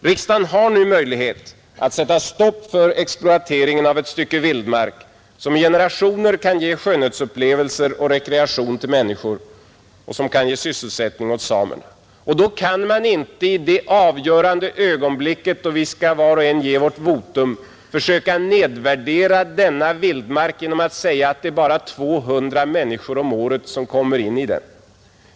Riksdagen har nu möjlighet att sätta stopp för exploateringen av ett stycke vildmark, som i generationer kan ge skönhetsupplevelser och rekreation till människor och sysselsättning åt samerna. Då kan man inte i det avgörande ögonblicket, då vi skall avge vårt votum, försöka nedvärdera denna vildmark genom att säga, att det är bara 200 människor om året som kommer in i den.